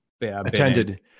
attended